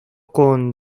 con